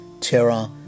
terror